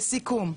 לסיכום,